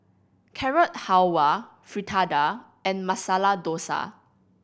Carrot Halwa Fritada and Masala Dosa